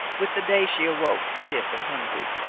with the day she awoke, stiff and hungry.